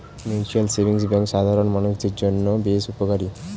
mutual savings bank সাধারণ মানুষদের জন্য বেশ উপকারী